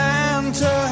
Santa